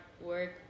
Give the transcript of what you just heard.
work